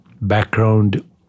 background